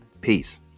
Peace